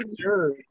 Sure